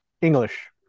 english